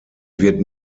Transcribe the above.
wird